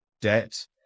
debt